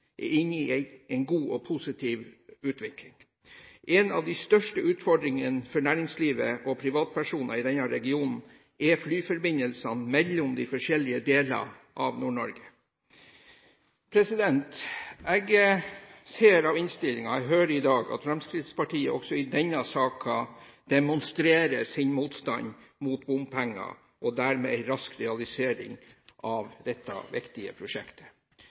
er inne i en god og positiv utvikling. En av de største utfordringene for næringslivet og privatpersoner i denne regionen er flyforbindelsene mellom de forskjellige delene av Nord-Norge. Jeg ser av innstillingen, og hører i dag, at Fremskrittspartiet også i denne saken demonstrerer sin motstand mot bompenger og dermed en rask realisering av dette viktige prosjektet.